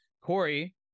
Corey